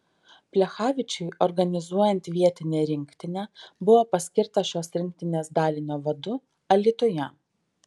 plechavičiui organizuojant vietinę rinktinę buvo paskirtas šios rinktinės dalinio vadu alytuje